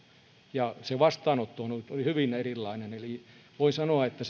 ja vastaanotto on on ollut hyvin erilainen eli voi sanoa että